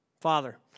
Father